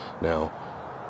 Now